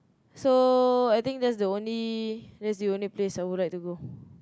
so I think that's the only that's the only place I would like to go